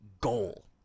goal